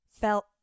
Felt